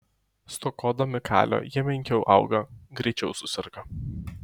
stokodami kalio jie menkiau auga greičiau suserga